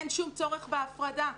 אין שום צורך בהפרדה.